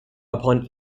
upon